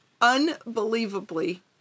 Unbelievably